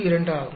72 ஆகும்